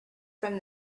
from